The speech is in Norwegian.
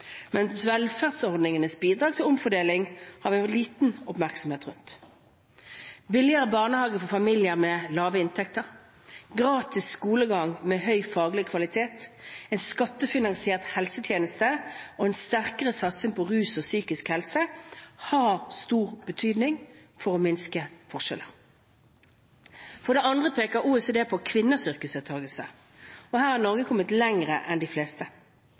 Men velferdsordningenes bidrag til omfordeling har det vært liten oppmerksomhet rundt. Billigere barnehage for familier med lave inntekter, gratis skolegang med høy faglig kvalitet, en skattefinansiert helsetjeneste og sterkere satsing på rusbehandling og psykisk helse har stor betydning for å minske forskjeller. For det andre peker OECD på kvinners yrkesdeltakelse. Her har Norge kommet lenger enn de fleste.